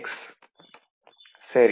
x